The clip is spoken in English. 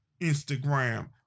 Instagram